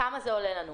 כמה זה עולה לנו.